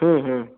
हम्म हम्म